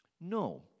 No